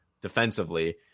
defensively